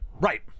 right